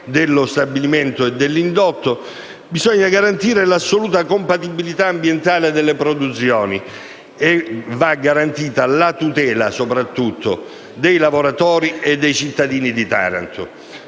dello stabilimento e dell'indotto; bisogna garantire l'assoluta compatibilità ambientale delle produzioni; va garantita la tutela, soprattutto della salute dei lavoratori e dei cittadini di Taranto.